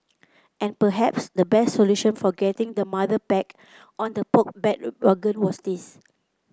and perhaps the best solution for getting the mother back on the Poke bandwagon was this